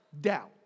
doubt